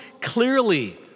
clearly